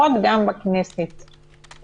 תוך דיון מקצועי וציבורי,